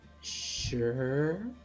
sure